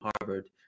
Harvard